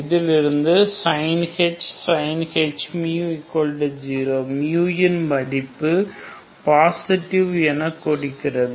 இதிலிருந்து sinh 0 இன் மதிப்பு பாசிட்டிவ் என கொடுக்கிறது